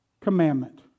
commandment